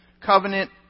Covenant